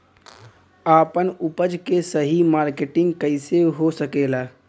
आपन उपज क सही मार्केटिंग कइसे हो सकेला?